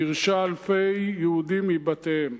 אלפי יהודים מבתיהם.